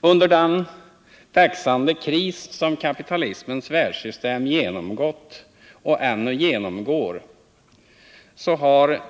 Under den växande kris som kapitalismens världssystem genomgått och - ännu genomgår har